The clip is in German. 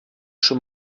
schon